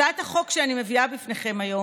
הצעת החוק שאני מביאה בפניכם היום,